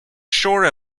shore